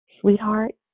sweetheart